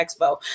expo